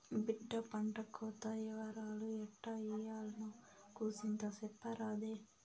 బిడ్డా పంటకోత ఇవరాలు ఎట్టా ఇయ్యాల్నో కూసింత సెప్పరాదే